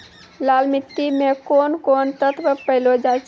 लाल मिट्टी मे कोंन कोंन तत्व पैलो जाय छै?